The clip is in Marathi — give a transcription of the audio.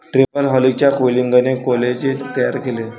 ट्रिपल हेलिक्सच्या कॉइलिंगने कोलेजेन तयार होते